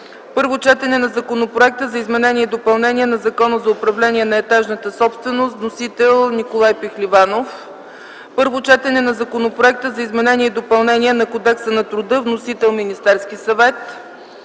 Първо четене на Законопроекта за изменение и допълнение на Закона за управление на етажната собственост. Вносител е народният представител Николай Пехливанов. 6. Първо четене на Законопроекта за изменение и допълнение на Кодекса на труда. Вносител е Министерският съвет.